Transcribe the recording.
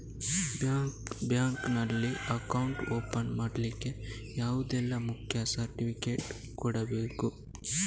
Bank ನಲ್ಲಿ account open ಮಾಡ್ಲಿಕ್ಕೆ ಯಾವುದೆಲ್ಲ ಮುಖ್ಯ ಸರ್ಟಿಫಿಕೇಟ್ ಕೊಡ್ಬೇಕು?